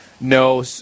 no